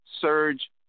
Surge